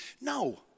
No